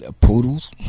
Poodles